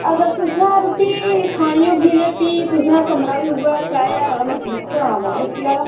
अगर तुसें रुट्टी खानी होग्गी ते भी तुसें कमरा बी उ'ऐ त्रै ज्हार रपे आह्ला बुक्क कराना पौना ए सी आह्ला